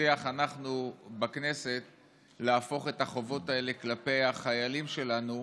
נצליח אנחנו בכנסת להפוך את החובות האלה כלפי החיילים שלנו,